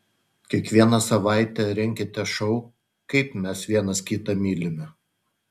kiekvieną savaitę renkite šou kaip mes vienas kitą mylime